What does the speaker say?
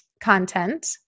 content